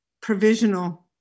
provisional